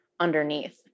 underneath